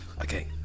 Okay